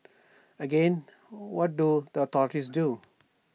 again what do the authorities do